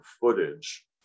footage